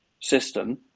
system